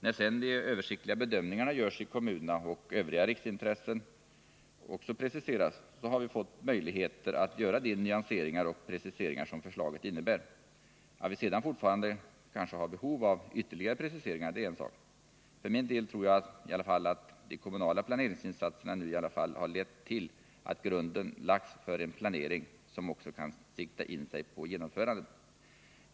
När sedan de översiktliga bedömningarna görs i kommunerna och övriga riksintressen också preciseras har vi fått möjligheter att göra de nyanseringar och preciseringar som förslaget innebär. Att vi sedan fortfarande kanske har Nr 49 behov av ytterligare preciseringar är en sak. För min del tror jag att de Tisdagen den kommunala planeringsinsatserna nu i alla fall har lett till att grunden lagts för 11 december 1979 en planering som också kan sikta in sig på genomförandet.